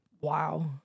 Wow